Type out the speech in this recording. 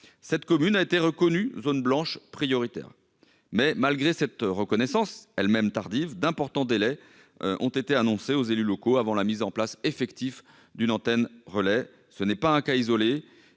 cette commune a été reconnue zone blanche prioritaire. Malgré cette reconnaissance- elle-même tardive -, d'importants délais ont été annoncés aux élus locaux avant la mise en place effective d'une antenne-relais. Ce cas n'est pas isolé